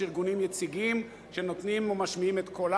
יש ארגונים יציגים שנותנים ומשמיעים את קולם